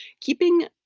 keeping